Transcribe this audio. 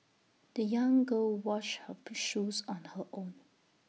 the young girl washed her shoes on her own